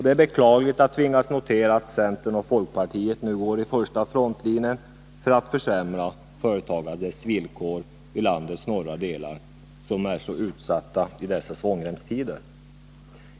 Det är beklagligt att tvingas notera att centern och folkpartiet nu går i första frontlinjen för att försämra företagandets villkor i landets norra delar, som är så utsatta i dessa svångremstider.